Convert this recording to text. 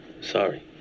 Sorry